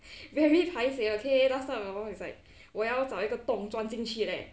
very paiseh okay last time I remember was like 我要找一个洞钻进去 leh